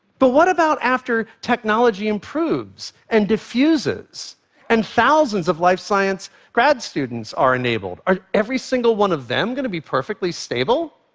but what about after technology improves and diffuses and thousands of life science grad students are enabled? are every single one of them going to be perfectly stable?